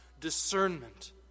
discernment